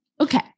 Okay